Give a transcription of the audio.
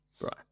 right